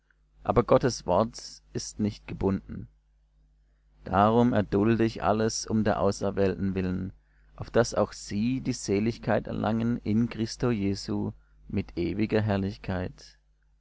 aber gottes wort ist nicht gebunden darum erdulde ich alles um der auserwählten willen auf daß auch sie die seligkeit erlangen in christo jesu mit ewiger herrlichkeit